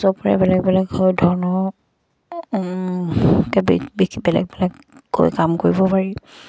চবৰে বেলেগ বেলেগ হয় ধৰণৰ বেলেগ বেলেগকৈ কাম কৰিব পাৰি